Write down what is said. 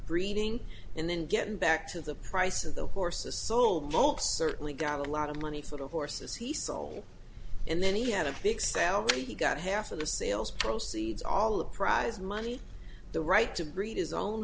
breeding and then getting back to the price of the horses sold most certainly got a lot of money for the horses he sold and then he had a big salary he got half of the sales proceeds all the prize money the right to breed is own